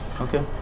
Okay